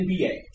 NBA